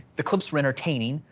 the clips were entertaining,